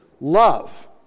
love